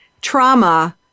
trauma